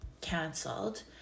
canceled